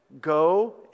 Go